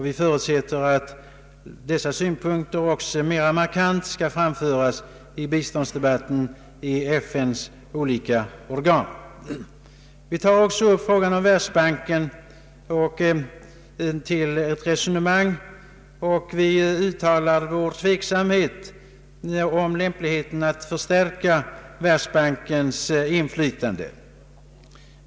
Vi förutsätter att dessa synpunkter mer markant skall framföras i biståndsdebatten i FN:s olika organ. Vi tar också i motionen upp frågan om Världsbanken till resonemang och uttalar vår tveksamhet om lämpligheten att förstärka dess inflytande.